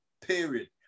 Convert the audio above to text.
period